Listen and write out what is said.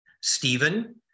Stephen